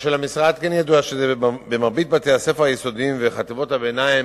מה שלמשרד כן ידוע הוא שבמרבית בתי-הספר היסודיים וחטיבות הביניים